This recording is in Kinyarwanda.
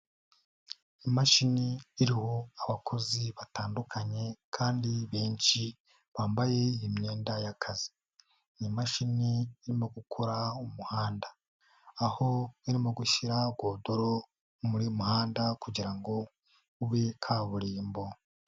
Imashini iriho abakozi batandukanye kandi benshi bambaye iyi myenda y'akazi, iyi mashini irimo gukora umuhanda aho irimo gushyira godoro muri uyu muhanda kugira ngo ube kaburimbo.